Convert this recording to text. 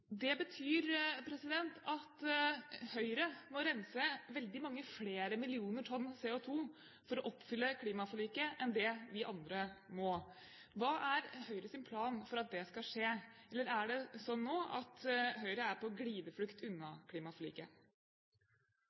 Det betyr at Høyre må rense veldig mange flere millioner tonn CO2 for å oppfylle klimaforliket enn det vi andre må. Hva er Høyres plan for at det skal skje? Eller er det nå slik at Høyre er på glideflukt unna klimaforliket?